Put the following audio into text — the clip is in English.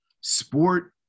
sport